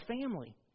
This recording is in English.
family